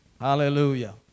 Hallelujah